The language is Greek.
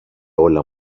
όλα